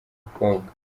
mukobwa